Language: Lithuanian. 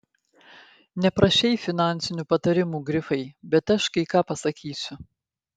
neprašei finansinių patarimų grifai bet aš kai ką pasakysiu